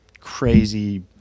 crazy